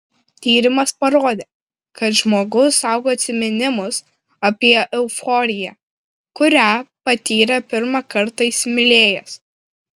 tyrimas parodė kad žmogus saugo atsiminimus apie euforiją kurią patyrė pirmą kartą įsimylėjęs